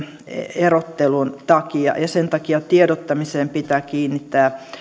erottelun takia ja sen takia tiedottamiseen pitää kiinnittää